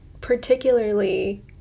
particularly –